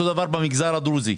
אותו דבר במגזר הדרוזי.